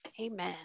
Amen